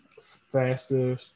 faster